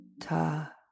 ta